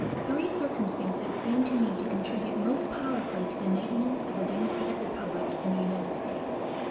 three circumstances seem to me to contribute most powerfully to the maintenance of the democratic republic in the united states.